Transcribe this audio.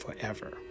forever